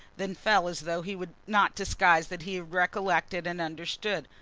then fell as though he would not disguise that he recollected and understood.